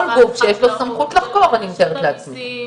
כל גוף שיש לו סמכות לחקור אני מתארת לעצמי.